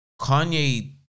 Kanye